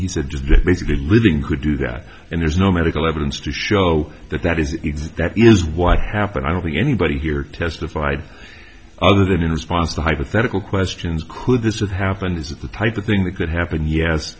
he said just basically living could do that and there's no medical evidence to show that that is exactly is what happened i don't think anybody here testified other than in response to hypothetical questions could this have happened is that the type of thing that could happen yes